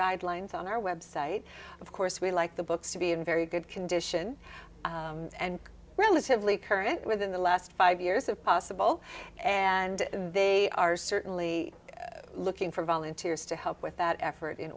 guidelines on our website of course we like the books to be in very good condition and relatively current within the last five years of possible and they are certainly looking for volunteers to help with that effort in